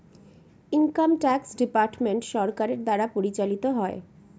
income tax department সরকারের দ্বারা পরিচালিত হয়